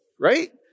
right